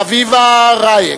חביבה רייק,